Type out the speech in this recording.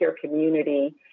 community